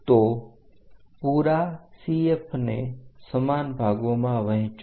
તો પુરા CF ને 7 સમાન ભાગોમાં વહેંચો